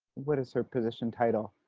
what is her position title?